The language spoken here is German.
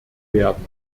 werden